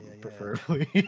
preferably